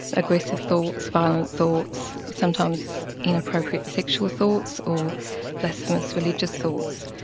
aggressive thoughts, violent thoughts, sometimes inappropriate sexual thoughts or blasphemous religious thoughts.